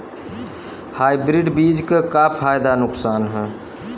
Hybrid बीज क का फायदा नुकसान ह?